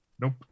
Nope